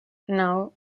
naŭ